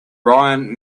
ryan